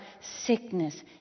sickness